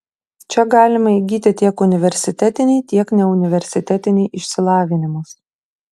čia galima įgyti tiek universitetinį tiek neuniversitetinį išsilavinimus